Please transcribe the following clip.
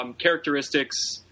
Characteristics